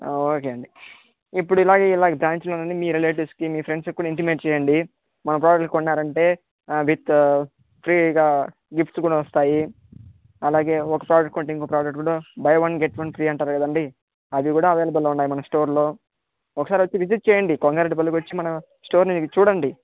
okay అండీ ఇప్పుడు ఇలా ఇలాగే బ్రాంచులు మీ రిలేటివ్స్ మీ ఫ్రెండ్స్కి కూడా ఇంటిమేట్ చేయండి మా ప్రోడక్టులు కొన్నారు అంటే విత్ ఫ్రీగా గిఫ్ట్స్ కూడా వస్తాయి అలాగే ఒక ప్రోడక్ట్ కొంటే ఇంకో ప్రోడక్ట్ కొంటే buy one get one free అంటారు కదండి అది కూడా అవైలబుల్ ఉన్నాయి మన స్టోర్లో ఒకసారి వచ్చి విజిట్ చేయండి కొంగారెడ్డి పల్లి వచ్చి మన స్టోర్ని చూడండి